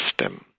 system